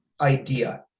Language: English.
idea